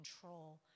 control